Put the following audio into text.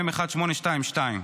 מ/1822,